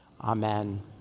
Amen